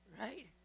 Right